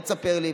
בוא ותספר לי,